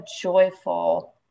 joyful